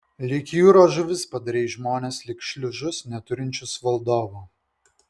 lyg jūros žuvis padarei žmones lyg šliužus neturinčius valdovo